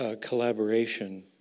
Collaboration